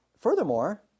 Furthermore